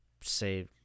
say